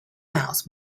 mouse